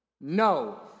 No